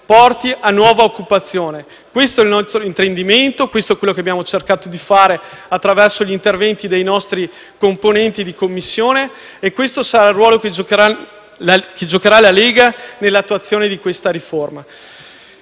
porti a nuova occupazione. Questo è il nostro intendimento, è quanto abbiamo cercato di fare attraverso gli interventi dei nostri componenti in Commissione e sarà il ruolo che giocherà la Lega nell'attuazione di questa riforma.